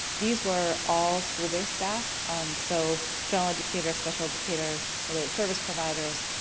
these were all school-based staff, and so general educators, special educators, related service providers.